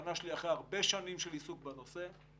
המסקנה שלי אחרי הרבה שנים של עיסוק בנושא היא